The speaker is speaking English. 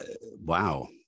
wow